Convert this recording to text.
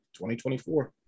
2024